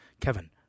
Kevin